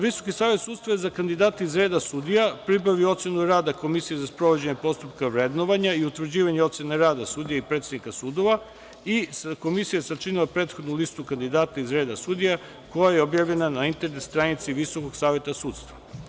Visoki savet sudstva za kandidate iz reda sudija pribavio je ocenu rada Komisije za sprovođenje postupka vrednovanja i utvrđivanje ocene rada sudija i predsednika sudova i Komisija je sačinila prethodnu listu kandidata iz reda sudija koja je objavljena na internet stranici Visokog saveta sudstva.